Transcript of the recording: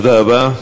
תודה רבה.